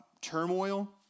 turmoil